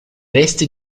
resti